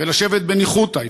ולשבת בניחותא,